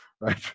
right